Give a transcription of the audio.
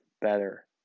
better